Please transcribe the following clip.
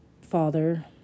father